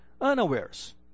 unawares